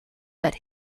but